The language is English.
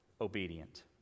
obedient